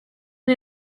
and